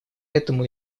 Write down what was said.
этому